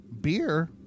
Beer